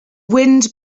wind